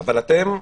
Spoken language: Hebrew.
אבל אתם,